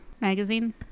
magazine